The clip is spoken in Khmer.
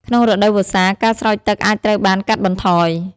ក្នុងរដូវវស្សា ការស្រោចទឹកអាចត្រូវបានកាត់បន្ថយ។